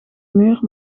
muur